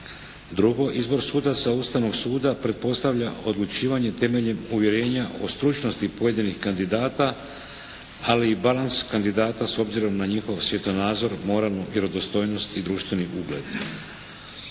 Drugo. Izbor sudaca Ustavnog suda pretpostavlja odlučivanje temeljem uvjerenja o stručnosti pojedinih kandidata, ali i balans kandidata s obzirom na njihov svjetonadzor, moralnu vjerodostojnost i društveni ugled.